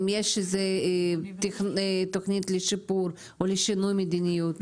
האם יש איזו תכנית לשיפור או לשינוי מדיניות